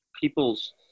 people's